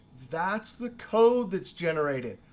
that's the code that's generated.